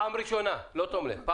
פעם ראשונה, לא תום לב.